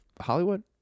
Hollywood